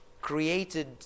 created